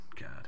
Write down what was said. God